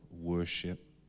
worship